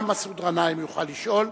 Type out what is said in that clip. גם מסעוד גנאים יוכל לשאול,